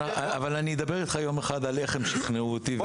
אבל יום אחד אני אדבר איתך על איך הם שכנעו אותי ואז תבין,